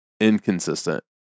Inconsistent